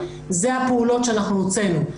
זה הפעולות שאנחנו הוצאנו.